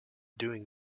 doing